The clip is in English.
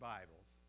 Bibles